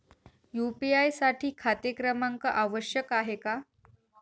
UPI साठी खाते क्रमांक आवश्यक आहे का?